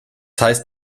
heißt